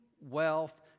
wealth